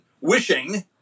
wishing